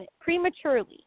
prematurely